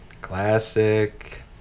Classic